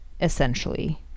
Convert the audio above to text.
essentially